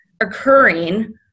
occurring